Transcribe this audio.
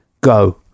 go